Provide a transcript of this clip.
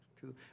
cool